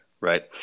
right